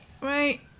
right